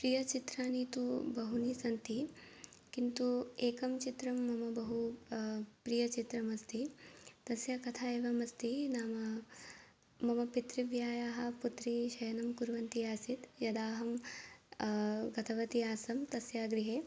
प्रियचित्राणि तु बहूनि सन्ति किन्तु एकं चित्रं मम बहु प्रियचित्रमस्ति तस्य कथा एवमस्ति नाम मम पितृव्यायाः पुत्री शयनं कुर्वती आसीत् यदाहं गतवती आसं तस्य गृहे